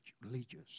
religious